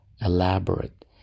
elaborate